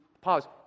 pause